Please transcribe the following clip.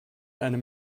einem